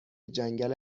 جنگل